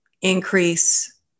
increase